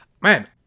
man